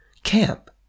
Camp